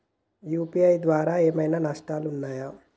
UPI ద్వారా ఏమైనా నష్టాలు ఉన్నయా?